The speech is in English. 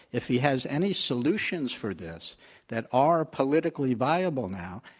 if he has any solutions for this that are politically viable now,